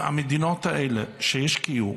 המדינות האלה שהשקיעו